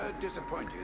disappointed